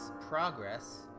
progress